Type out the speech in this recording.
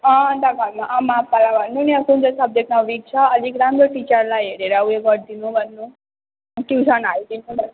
अन्त घरमा आमा आप्पालाई भन्नु नि अन्त कुन चाहिँ सब्जेक्टमा विक छ अलिक राम्रो टिचरलाई हेरेर उयो गरिदिनु भन्नु ट्युसन हालिदिनु भन्नु